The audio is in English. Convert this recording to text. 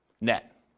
net